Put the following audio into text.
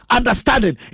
Understanding